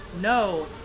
no